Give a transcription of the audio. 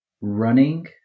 running